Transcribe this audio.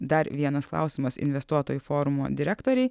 dar vienas klausimas investuotojų forumo direktorei